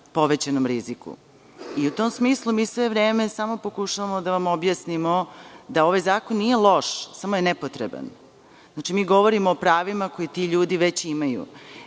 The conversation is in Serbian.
povećanom riziku. U tom smislu mi sve vreme samo pokušavamo da vam objasnimo da ovaj zakon nije loš, samo je nepotreban. Znači, mi govorimo o pravima koji ti ljudi već imaju. Vi